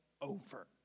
over